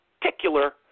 particular